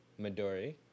Midori